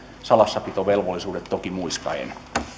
salassapitovelvollisuudet toki muistaen